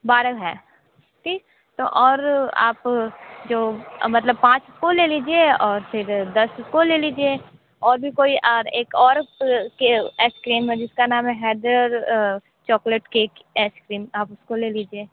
बारह हैं ठीक और आप जो मतलब पाँच वो ले लीजिए और फिर दस वो ले लीजिये और भी कोई एक और आइसक्रीम है जिसका नाम है हैदर चॉकलेट केक आइसक्रीम आप उसको ले लीजिये